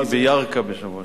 הייתי בירכא בשבוע שעבר.